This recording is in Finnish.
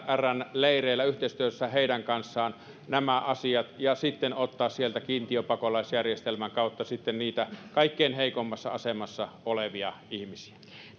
leireillä yhteistyössä heidän kanssaan ja sitten ottaa sieltä kiintiöpakolaisjärjestelmän kautta niitä kaikkein heikoimmassa asemassa olevia ihmisiä